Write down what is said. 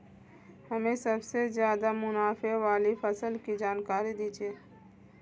हमें सबसे ज़्यादा मुनाफे वाली फसल की जानकारी दीजिए